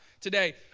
today